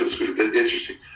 interesting